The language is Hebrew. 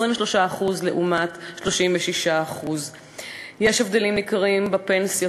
23% לעומת 36%. יש הבדלים ניכרים בפנסיות.